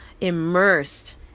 immersed